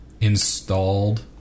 installed